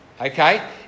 okay